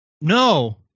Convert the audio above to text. No